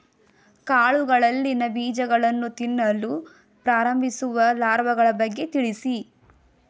ಕಾಳುಗಳಲ್ಲಿ ಬೀಜಗಳನ್ನು ತಿನ್ನಲು ಪ್ರಾರಂಭಿಸುವ ಲಾರ್ವಗಳ ಬಗ್ಗೆ ತಿಳಿಸಿ?